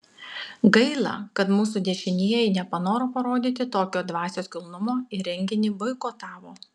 gaila kad mūsų dešinieji nepanoro parodyti tokio dvasios kilnumo ir renginį boikotavo